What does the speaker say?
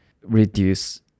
reduce